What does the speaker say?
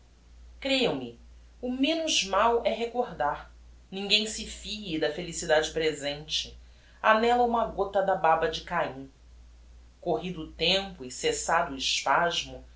cream me o menos mau é recordar ninguem se fie da felicidade presente ha nella uma gota da baba de caim corrido o tempo e cessado o espasmo